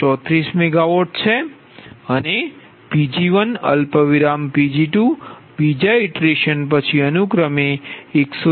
334MW છે અને Pg1 Pg2 બીજા ઇટરેશન પછી અનુક્રમે 184